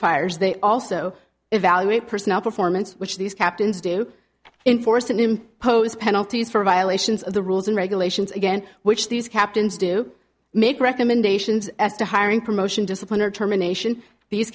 fires they also evaluate personnel performance which these captains do in force and impose penalties for violations of the rules and regulations again which these captains do make recommendations as to hiring promotion discipline or terminations these